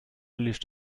erlischt